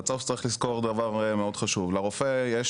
בסוף צריך לזכור דבר מאוד חשוב, לרופא יש